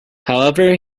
however